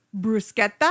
bruschetta